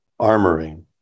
armoring